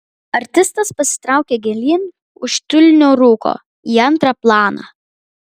artistas pasitraukė gilyn už tiulinio rūko į antrą planą